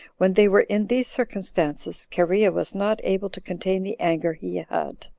when they were in these circumstances, cherea was not able to contain the anger he had,